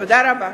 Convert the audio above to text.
תודה רבה.